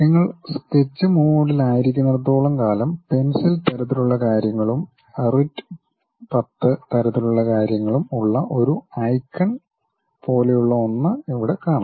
നിങ്ങൾ സ്കെച്ച് മോഡിലായിരിക്കുന്നിടത്തോളം കാലം പെൻസിൽ തരത്തിലുള്ള കാര്യങ്ങളും writ10 തരത്തിലുള്ള കാര്യങ്ങളും ഉള്ള ഒരു ഐക്കൺ പോലെയുള്ള ഒന്ന് ഇവിടെ കാണാം